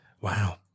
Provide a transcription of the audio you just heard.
wow